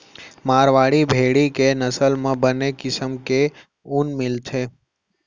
मारवाड़ी भेड़ी के नसल म बने किसम के ऊन मिलथे